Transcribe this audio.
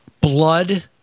blood